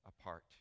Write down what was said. apart